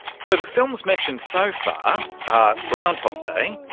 so the films mentioned so far groundhog day,